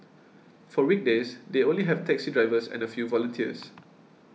for weekdays they only have taxi drivers and a few volunteers